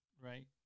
right